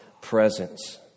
presence